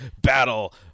battle